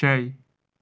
شے